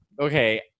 Okay